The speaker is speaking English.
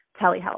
telehealth